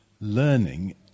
learning